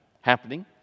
happening